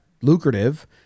lucrative –